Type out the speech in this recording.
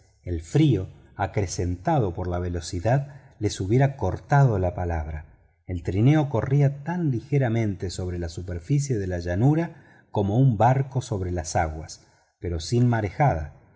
el frío acrecentado por la velocidad les hubiera cortado la palabra el trineo corría tan ligeramente sobre la superficie de la llanura como un barco sobre las aguas pero sin marejada